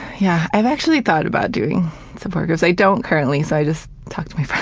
yeah. i've actually thought about doing support groups. i don't currently, so i just talk to my friends.